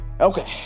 Okay